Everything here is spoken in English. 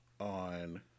on